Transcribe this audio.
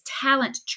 talent